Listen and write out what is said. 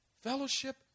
Fellowship